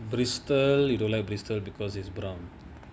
bristol bristol because is brown